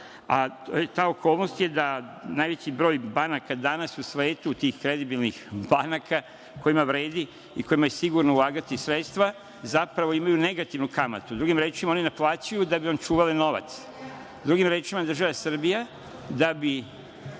važno, da najveći broj banaka danas u svetu, tih kredibilnih banaka, kojima vredi i u koja je sigurno ulagati sredstva, zapravo imaju negativnu kamatu. Drugim rečima, one naplaćuju da bi vam čuvale novac. Država Srbija kada bi